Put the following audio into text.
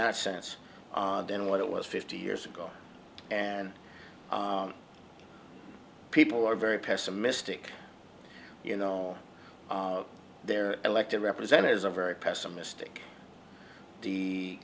that sense then what it was fifty years ago and people are very pessimistic you know their elected representatives are very pessimistic the